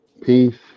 peace